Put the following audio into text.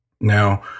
Now